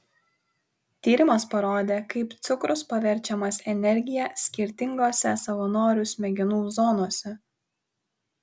tyrimas parodė kaip cukrus paverčiamas energija skirtingose savanorių smegenų zonose